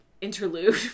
interlude